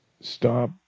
stop